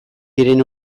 diren